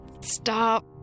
stop